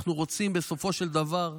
בסופו של דבר,